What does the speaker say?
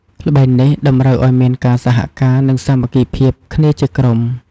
ល្បែងនេះតម្រូវឱ្យមានការសហការ និងសាមគ្គីភាពគ្នាជាក្រុម។